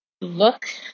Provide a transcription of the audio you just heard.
look